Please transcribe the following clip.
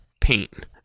Paint